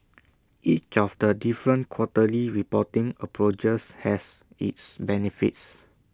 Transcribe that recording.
each of the different quarterly reporting approaches has its benefits